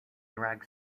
drag